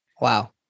Wow